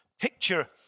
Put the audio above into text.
picture